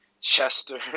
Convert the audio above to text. Chester